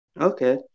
Okay